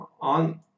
on